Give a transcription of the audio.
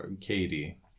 katie